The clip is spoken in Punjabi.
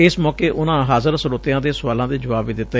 ਇਸ ਮੌਕੇ ਉਨਾਂ ਹਾਜ਼ਰ ਸਰੋਤਿਆਂ ਦੇ ਸੁਆਲਾਂ ਦੇ ਜੁਆਬ ਵੀ ਦਿੱਤੇ